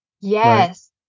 Yes